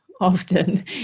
often